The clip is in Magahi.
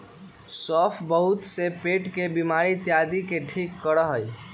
सौंफ बहुत से पेट के बीमारी इत्यादि के ठीक करा हई